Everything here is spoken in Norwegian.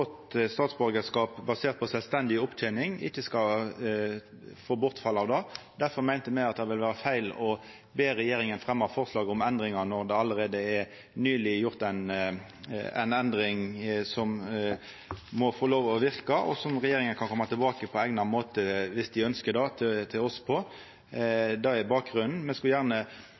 statsborgarskap basert på sjølvstendig opptening, ikkje skal få bortfall av statsborgarskapet. Difor meinte me at det ville vera feil å be regjeringa fremja forslag om endringar, når det nyleg allereie er gjort ei endring, som må få lov til å verka, og som regjeringa på eigna måte kan koma tilbake til oss om, viss ho ønskjer det. Det er bakgrunnen. Me skulle gjerne